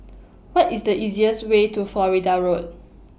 What IS The easiest Way to Florida Road